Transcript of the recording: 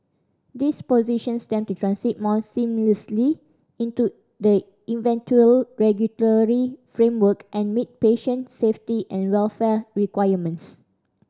this positions them to transit more seamlessly into the eventual regulatory framework and meet patient safety and welfare requirements